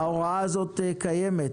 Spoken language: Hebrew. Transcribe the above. ההוראה הזאת קיימת